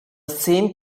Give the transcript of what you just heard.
same